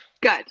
good